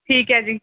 ਠੀਕ ਹੈ ਜੀ